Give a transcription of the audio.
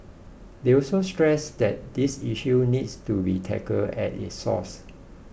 they also stressed that this issue needs to be tackled at its source